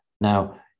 Now